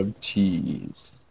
Cheese